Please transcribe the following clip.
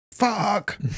fuck